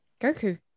Goku